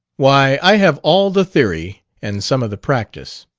why, i have all the theory and some of the practice.